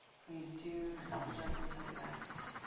please do. self adjustments are the best.